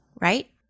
right